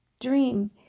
dream